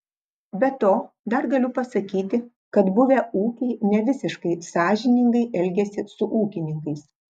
be to dar galiu pasakyti kad buvę ūkiai nevisiškai sąžiningai elgiasi su ūkininkais